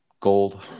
gold